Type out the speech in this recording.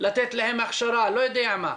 לתת להם הכשרה, לא יודע מה,